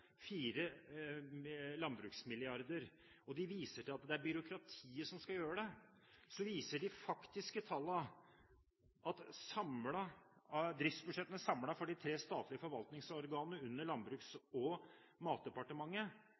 fire landbruksmilliarder og viser til at det er byråkratiet som skal gjøre det, viser de faktiske tallene at driftsbudsjettene, samlet, for de tre statlige forvaltningsorganene under Landbruks- og matdepartementet